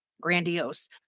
grandiose